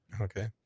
Okay